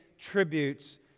tributes